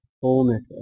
fullness